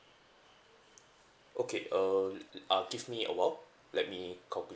okay uh ah give me awhile let me calculate